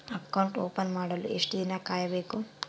Account open ಮಾಡಲು ಎಷ್ಟು ದಿನ ಕಾಯಬೇಕು?